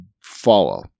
follow